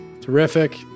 terrific